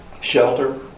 shelter